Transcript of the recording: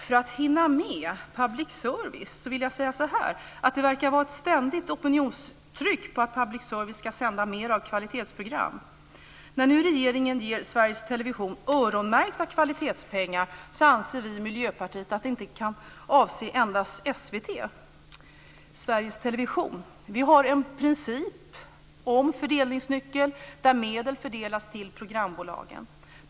För att hinna med public service vill jag säga så här: Det verkar vara ett ständigt opinionstryck på att public service ska sända mer av kvalitetsprogram. När nu regeringen ger Sveriges Television öronmärkta kvalitetspengar anser vi i Miljöpartiet att de inte kan avse endast SVT. Vi har en princip om fördelningsnyckel, där medel fördelas till programbolagen.